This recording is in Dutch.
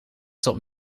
tot